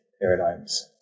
paradigms